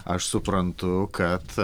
aš suprantu kad